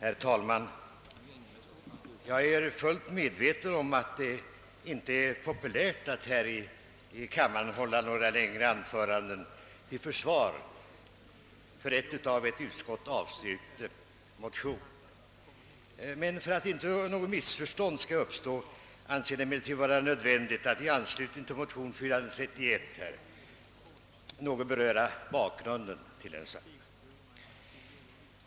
Herr talman! Jag är fullt medveten om att det inte är populärt att här i kammaren hålla några längre anföranden till försvar för en av ett utskott avstyrkt motion. För att något missförstånd inte skall uppstå anser jag det emellertid vara nödvändigt att i anslutning till motion II: 431 beröra bakgrunden till densamma.